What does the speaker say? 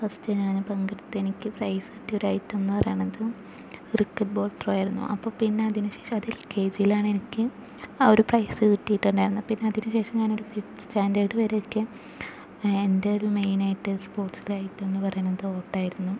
first ഞാൻ പങ്കെടുത്ത എനിക്ക് പ്രൈസ് കിട്ടിയ ഒരു ഐറ്റം എന്ന് പറയണത് ഒരു ക്രിക്കറ്റ് ബോൾ ത്രോ ആയിരുന്നു അപ്പോൾപ്പിന്നെ അതിന് ശേഷം അത് എൽ കെ ജിയിലാണ് എനിക്ക് ആ ഒരു പ്രൈസ് കിട്ടിയിട്ടുണ്ടായിരുന്നെ പിന്നെ അതിനുശേഷം ഞാനൊരു ഫിഫ്ത്ത് സ്റ്റാൻഡേർഡ് വരെയൊക്കെ എന്റൊരു മെയിനായിട്ട് സ്പോർട്സിലെ ഐറ്റം എന്ന് പറയണത് ഓട്ടമായിരുന്നു